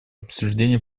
обсуждению